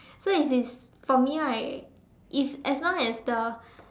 so if it's for me I if as long as the